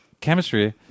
Chemistry